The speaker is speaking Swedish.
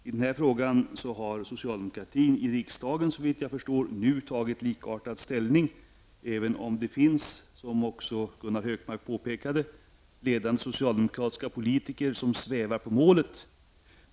I den här frågan har socialdemokratin i riksdagen, såvitt jag förstår, nu tagit en likartad ställning, även om det, som också Gunnar Hökmark påpekade, finns ledande socialdemokratiska politiker som svävar på målet.